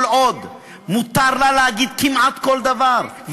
כל עוד מותר לה להגיד כמעט כל דבר,